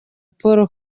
paul